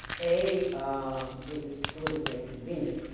a it was politically inconvenient